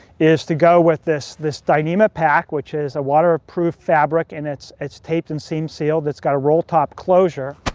is to go with this this dyneema pack, which is a waterproof fabric, and it's it's taped and seam-sealed. it's got roll-top closure.